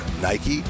Nike